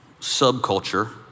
subculture